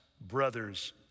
brothers